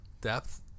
depth